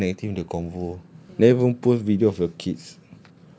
you were even I think the convo then don't post video of your kids